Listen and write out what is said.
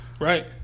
right